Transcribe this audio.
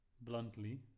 bluntly